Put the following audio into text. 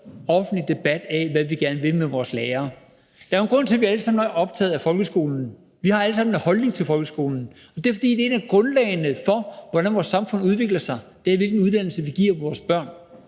offentlig debat. Der er en grund til, at vi alle sammen er optaget af folkeskolen, og at vi alle sammen har en holdning til folkeskolen, og det er, at det er et af grundlagene for, hvordan vores samfund udvikler sig, altså hvilken uddannelse vi giver vores børn,